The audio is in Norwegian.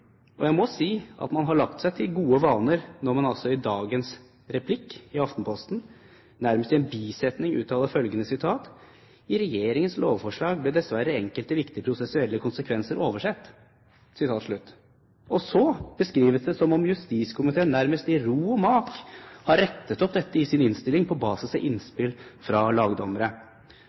Og jeg må si at man har lagt seg til gode vaner når man altså på debattsiden i Aftenposten i dag nærmest i en bisetning uttaler følgende: «I regjeringens lovforslag ble dessverre enkelte viktige prosessuelle konsekvenser oversett.» Og så beskrives det som om justiskomiteen nærmest i ro og mak har rettet opp dette i sin innstilling på basis av innspill fra lagdommere.